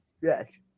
Yes